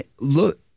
look